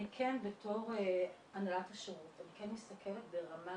אני כן בתור הנהלת השירות מסתכלת ברמה